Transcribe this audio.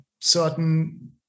certain